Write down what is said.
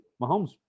Mahomes